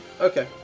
Okay